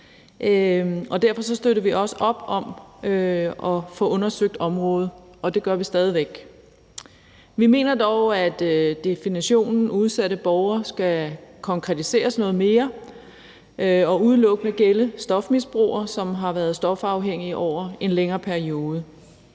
derfor støttede vi også op om at få undersøgt området, og det gør vi stadig væk. Vi mener dog, at definitionen af udsatte borgere skal konkretiseres noget mere og udelukkende gælde stofmisbrugere, som har været stofafhængige over en længere periode.